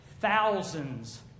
thousands